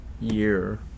year